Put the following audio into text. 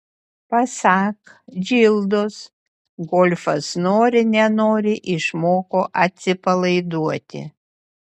pasak džildos golfas nori nenori išmoko atsipalaiduoti